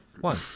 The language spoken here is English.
One